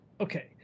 Okay